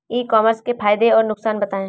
ई commerce के फायदे और नुकसान बताएँ?